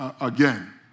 again